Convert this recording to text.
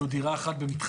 דירה אחת במתחם?